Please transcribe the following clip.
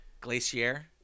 glacier